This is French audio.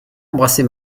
embrasser